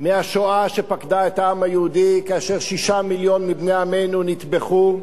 מהשואה שפקדה את העם היהודי כאשר שישה מיליון מבני עמנו נטבחו,